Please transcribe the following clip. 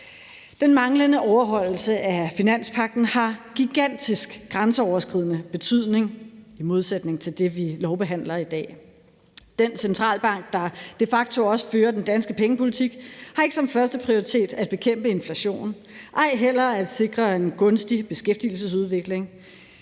Den manglende overholdelse af finanspagten har gigantisk grænseoverskridende betydning i modsætning til det, vi lovbehandler i dag. Den Europæiske Centralbank, som de facto også fører den danske pengepolitik, har ikke som førsteprioritet at bekæmpe inflationen, ej heller at sikre en gunstig beskæftigelsesudvikling.